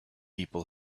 people